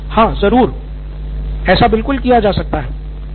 professor हाँ ज़रूर ऐसा बिलकुल किया जा सकता है